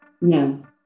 No